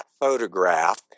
photograph